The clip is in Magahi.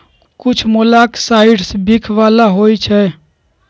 कुछ मोलॉक्साइड्स विख बला होइ छइ